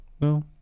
No